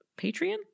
Patreon